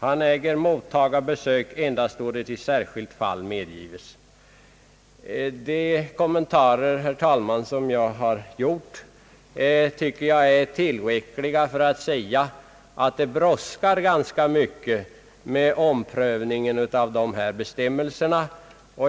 Han äger mottaga besök endast då det i särskilt fall medgives.» De kommentarer, herr talman, som jag gjort tycker jag är tillräckliga för att jag skall kunna säga att det brådskar ganska mycket med omprövningen av dessa bestämmelser.